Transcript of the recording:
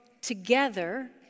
together